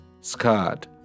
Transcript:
scarred